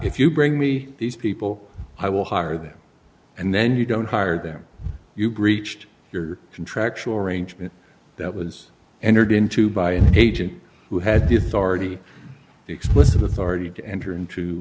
if you bring me these people i will hire them and then you don't hire them you breached your contractual arrangement that was entered into by an agent who had the authority explicit authority to enter into